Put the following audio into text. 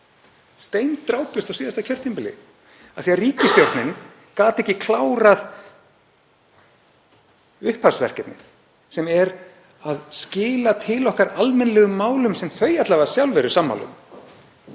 steindrápust á síðasta kjörtímabili af því að ríkisstjórnin og ráðherrar gátu ekki klárað upphafsverkefnið sem er að skila til okkar almennilegum málum sem þau alla vega sjálf eru sammála um.